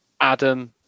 Adam